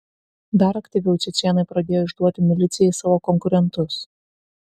dar aktyviau čečėnai pradėjo išduoti milicijai savo konkurentus